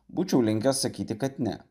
būčiau linkęs sakyti kad ne